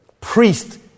priest